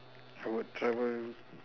I would travel